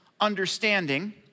understanding